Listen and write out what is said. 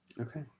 Okay